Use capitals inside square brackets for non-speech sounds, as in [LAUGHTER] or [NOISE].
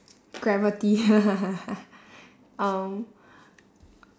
gravity [LAUGHS] um